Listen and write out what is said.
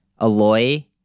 Aloy